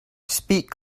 speak